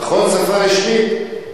נכון שפה רשמית?